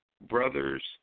Brothers